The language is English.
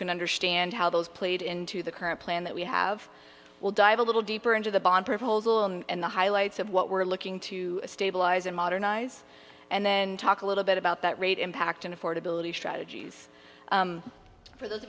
can understand how those played into the current plan that we have will dive a little deeper into the bond proposal and the highlights of what we're looking to stabilize in modernize and then talk a little bit about that rate impact in affordability strategies for those